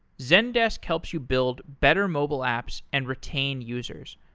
zendesk helps you build better mobile apps and retain users.